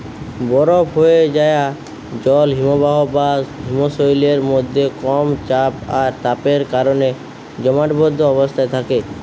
বরফ হোয়ে যায়া জল হিমবাহ বা হিমশৈলের মধ্যে কম চাপ আর তাপের কারণে জমাটবদ্ধ অবস্থায় থাকে